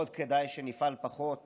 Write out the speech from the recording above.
כדאי מאוד שנפעל פחות